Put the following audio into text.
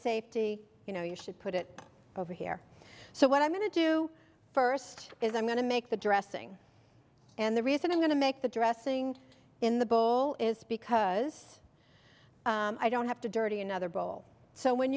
safety you know you should put it over here so what i'm going to do first is i'm going to make the dressing and the reason i'm going to make the dressing in the bowl is because i don't have to dirty another bowl so when